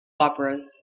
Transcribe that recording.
operas